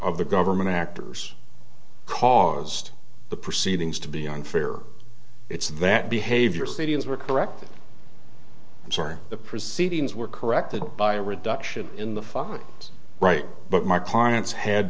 of the government actors caused the proceedings to be unfair it's that behavior stadiums were correct them i'm sorry the proceedings were corrected by a reduction in the right but my clients had